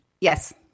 Yes